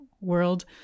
world